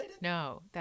No